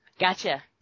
Gotcha